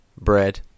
bread